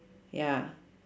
ya